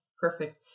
perfect